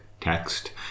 text